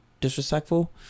disrespectful